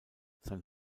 sein